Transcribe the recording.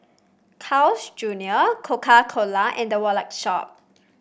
Carl's Junior Coca Cola and The Wallet Shop